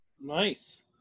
Nice